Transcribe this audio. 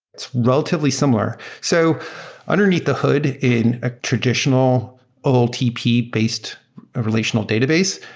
it's relatively similar. so underneath the hood in a traditional oltp-based relational database,